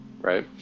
Right